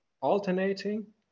alternating